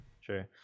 sure